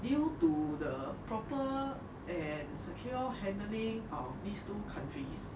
due to the proper and secure handling of these two countries